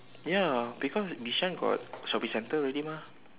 ya because Bishan got shopping centre already mah